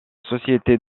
sociétés